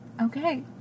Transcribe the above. Okay